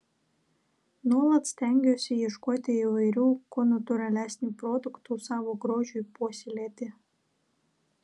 nuolat stengiuosi ieškoti įvairių kuo natūralesnių produktų savo grožiui puoselėti